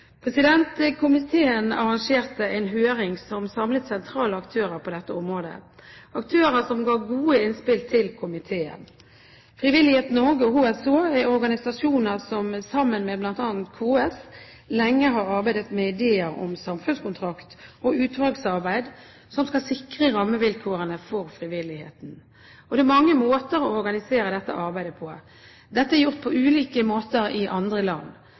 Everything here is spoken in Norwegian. Komiteen arrangerte en høring som samlet sentrale aktører på dette området, aktører som ga gode innspill til komiteen. Frivillighet Norge og HSH er organisasjoner som sammen med bl.a. KS lenge har arbeidet med ideer om samfunnskontrakt og utvalgsarbeid som skal sikre rammevilkårene for frivilligheten. Det er mange måter å organisere dette arbeidet på, dette er gjort på ulike måter i andre land.